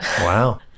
Wow